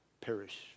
perish